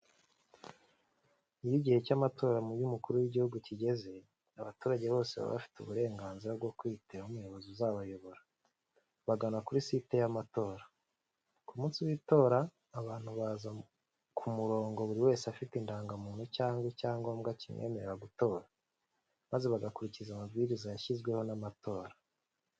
Iyo igihe cy’amatora y’Umukuru w’Igihugu kigeze, abaturage bose baba bafite uburenganzira bwo kwihitiramo umuyobozi uzabayobora, bagana kuri site y’amatora. Ku munsi w’itora, abantu baza ku murongo buri wese afite indangamuntu cyangwa icyangombwa kimwemerera gutora, maze bagakurikiza amabwiriza yashyizweho n’amatora.